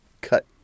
cut